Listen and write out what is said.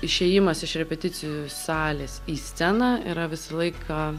išėjimas iš repeticijų salės į sceną yra visą laiką